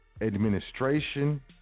administration